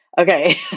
Okay